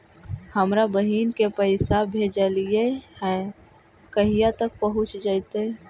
हमरा बहिन के पैसा भेजेलियै है कहिया तक पहुँच जैतै?